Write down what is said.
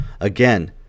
Again